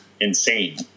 Insane